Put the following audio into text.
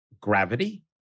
gravity